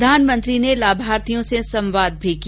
प्रधानमंत्री ने लाभार्थियों से संवाद भी किया